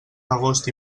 agost